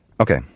Okay